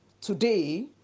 today